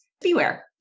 beware